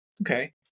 Okay